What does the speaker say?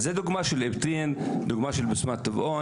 אז זו דוגמה של איבטין, דוגמה של בסמת טבעון.